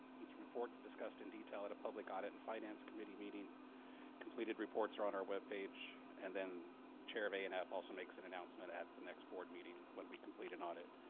each report discussed in detail at a public audit and finance committee meeting completed reports are on our web page and then chair of a a and f also makes an announcement at the next board meeting when we complete an audit.